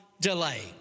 delay